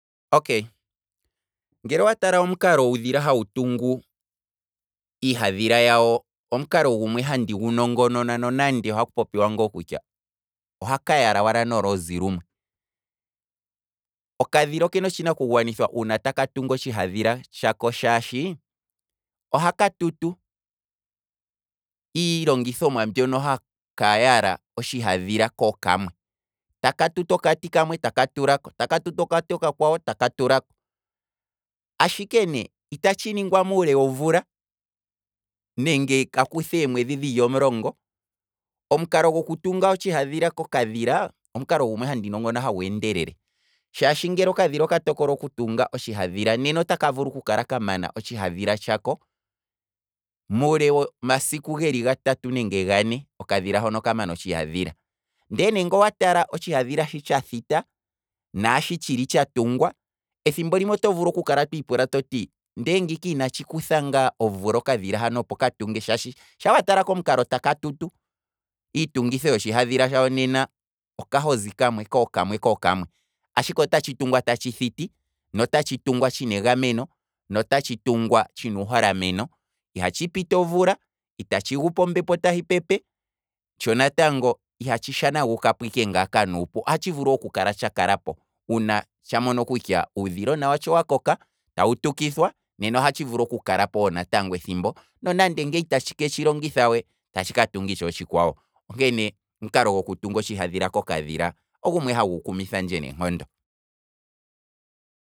Okay, ngele owa tala omukalo uudhila hawu tungu iihadhila yawo, omukalo gumwe handi gu nongonona nonande ohaku popi ngaa kutya, ohaka yala wala noloozi lumwe, okadhila okena otshinaku gwanithwa uuna taka tungu otshihadhila tshako shaashi, ohaka tutu iilongithomwa mbyono haka yala iihadhila kookamwe, taka tutu okati kamwe taka tulako, taka tutu okati oka kwawo, taka tulako, ashike ne, itatshi ningwa muule womvula, nenge ka kuthe eemwedhi dhili omulongo, omukalo goku tunga otshihadhila kokadhila, omukalo gumwe handi nongonona hagu endelele, shaashi okadhila ngele oka tokola okutunga otshihadhila nena otaka vulu okumana otshihadhila tshako muule womasiku geli gatatu nenge gane, okadhila hono oka mana otshihadhila, ndee ne nge owatala otshi hadhila shi tsha thita, naashi tshili tsha tungwa, ethimbo limwe oho vulu okukala twiipula toti, ndee ngiika inatshi kutha ngaa omvula okadhila hano opo katunge shaashi shaa watala komukalo taka tutu, iitungitho yotshi hadhila tshako nena, oka hozi kamwe kookamwe kookamwe, ashike otatshi tungwa tatshi thiti, nota tshitungwa tshina egameno, nota tshitungwa tshina uuholameno, itatshi piti omvula, itatshi gupo ombepo tahi pepe, tsho natango ihatshi shanagupo ike ngaaka nuupu, ohatshi vulu wo okukala tsha kalapo uuna tsha mono kutya uudhilona watsho owa koka, tawu tukithwa, nena ohatshi vulu oku kalapo wo natango ethimbo, nonde ne itaye tshilongitha we, taya ka tunga itshee otshi kwawo, onkene omukalo goku tunga otshi hadhila kokadhila, ogumwe hagu kumithandje noonkondo.